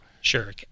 Sure